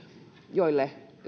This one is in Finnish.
joille